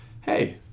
hey